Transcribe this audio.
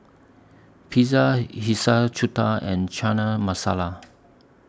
Pizza Hiyashi Chuka and Chana Masala